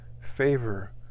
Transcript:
favor